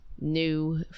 New